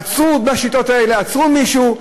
עצרו בשיטות האלה מישהו,